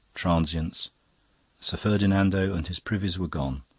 transience sir ferdinando and his privies were gone,